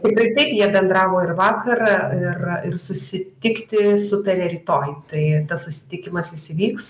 tikrai taip jie bendravo ir vakar ir ir susitikti sutarė rytoj tai tas susitikimas jis įvyks